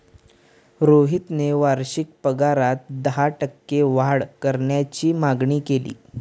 रोहितने वार्षिक पगारात दहा टक्के वाढ करण्याची मागणी केली